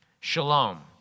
Shalom